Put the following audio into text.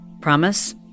Promise